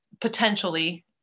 potentially